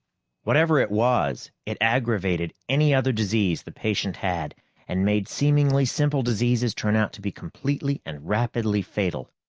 whatever it was, it aggravated any other disease the patient had and made seemingly simple diseases turn out to be completely and rapidly fatal.